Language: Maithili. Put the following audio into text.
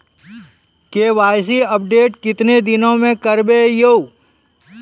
के.वाई.सी अपडेट केतना दिन मे करेबे यो?